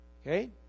Okay